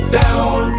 down